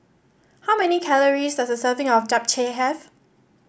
how many calories does a serving of Japchae have